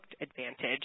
advantage